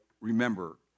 remember